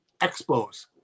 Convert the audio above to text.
Expos